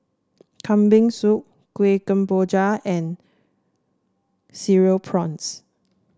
Kambing Soup Kueh Kemboja and Cereal Prawns